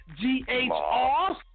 G-H-R